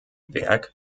werk